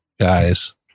guys